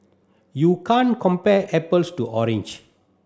you can't compare apples to orange